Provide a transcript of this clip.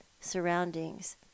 surroundings